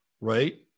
Right